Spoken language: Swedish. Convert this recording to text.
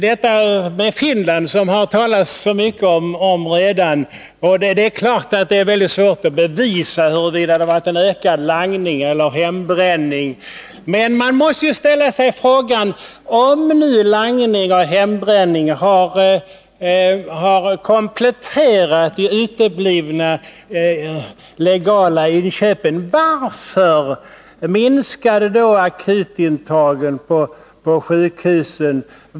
Det är klart att det är svårt att bevisa riktigheten i de finska erfarenheterna, som det redan har talats så mycket om, och om det har blivit någon ökning av langningen och hembränningen i Finland. Men man måste ställa sig frågan: Om nu langning och hembränning har kompletterat de uteblivna legala inköpen, varför minskade då akutintagen på sjukhusen?